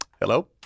hello